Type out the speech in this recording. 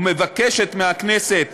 ומבקשת מהכנסת